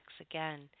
Again